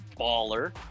baller